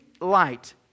light